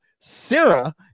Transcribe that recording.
Sarah